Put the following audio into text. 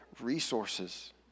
resources